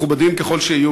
מכובדים ככל שיהיו,